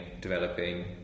developing